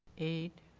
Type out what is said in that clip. eight.